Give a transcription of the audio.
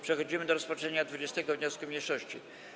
Przechodzimy do rozpatrzenia 20. wniosku mniejszości.